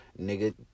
nigga